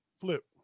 flip